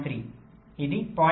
3 ఇది 0